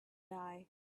die